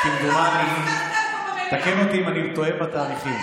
כי אני צריכה להחזיק כל הזמן את הטלפון שלי,